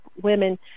women